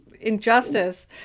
injustice